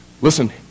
Listen